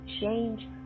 change